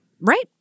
Right